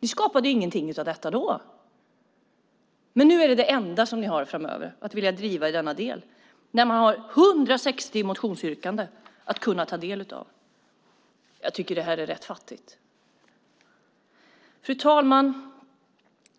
Ni skapade ingenting av detta då. Men nu är detta det enda som ni framöver har en vilja att driva i denna del, när det finns 160 motionsyrkanden att kunna ta del av. Jag tycker att det är rätt fattigt. Fru talman!